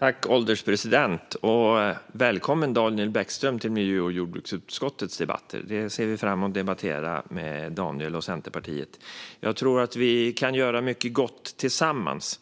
Herr ålderspresident! Välkommen, Daniel Bäckström, till miljö och jordbruksutskottets debatter! Vi ser fram emot att debattera med Daniel och Centerpartiet. Jag tror att vi kan göra mycket gott tillsammans.